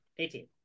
18